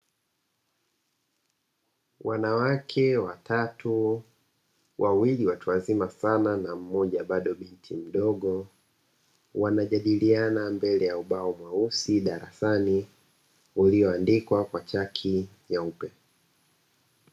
Wanawake watatu; wawili watu wazima sana na mmoja bado binti mdogo, wanajadiliana mbele ya ubao mweusi darasani; ulioandikwa kwa chaki nyeupe.